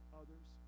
others